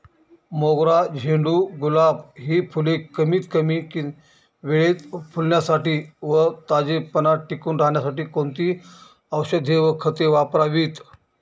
मोगरा, झेंडू, गुलाब हि फूले कमीत कमी वेळेत फुलण्यासाठी व ताजेपणा टिकून राहण्यासाठी कोणती औषधे व खते वापरावीत?